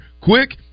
quick